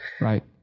Right